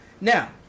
Now